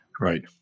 Right